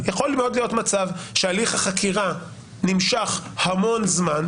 ----- שהליך החקירה נמשך המון זמן,